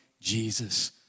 Jesus